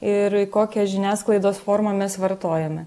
ir kokią žiniasklaidos formą mes vartojame